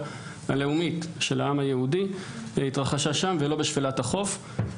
הלאומית של העם היהודי התרחשה שם ולא בשפלת החוף.